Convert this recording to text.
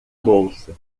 bolsa